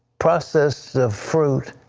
processed food,